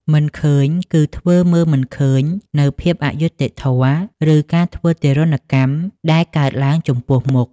«មិនឃើញ» គឺការធ្វើមើលមិនឃើញនូវភាពអយុត្តិធម៌ ឬការធ្វើទារុណកម្មដែលកើតឡើងចំពោះមុខ។